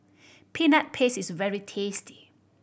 Peanut Paste is very tasty